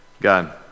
God